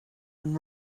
and